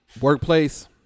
Workplace